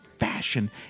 fashion